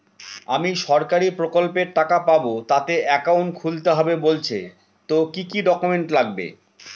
আমি সরকারি প্রকল্পের টাকা পাবো তাতে একাউন্ট খুলতে হবে বলছে তো কি কী ডকুমেন্ট লাগবে?